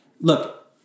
Look